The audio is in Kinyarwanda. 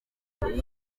nyuma